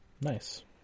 Nice